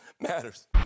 matters